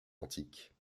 antique